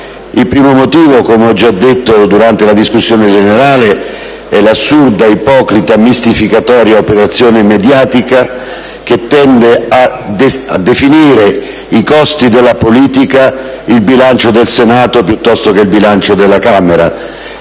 Il primo motivo, come ho già detto durante la discussione generale, è l'assurda, ipocrita, mistificatoria operazione mediatica che tende a definire costi della politica il bilancio del Senato, piuttosto che quello della Camera.